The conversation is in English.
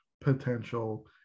potential